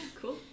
Cool